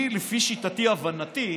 אני, לפי שיטתי, הבנתי: